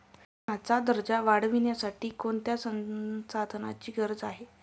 सिंचनाचा दर्जा वाढविण्यासाठी कोणत्या संसाधनांची गरज आहे?